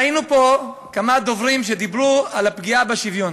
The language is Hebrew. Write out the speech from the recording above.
ראינו פה כמה דוברים שדיברו על הפגיעה בשוויון.